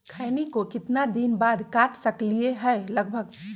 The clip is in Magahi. खैनी को कितना दिन बाद काट सकलिये है लगभग?